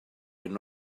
hyn